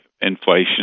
inflation